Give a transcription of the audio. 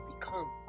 become